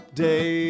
day